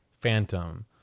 Phantom